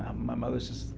um my mother said,